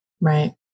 Right